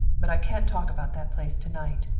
but i can't talk about that place to-night.